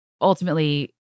ultimately